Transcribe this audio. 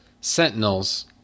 sentinels